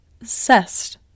obsessed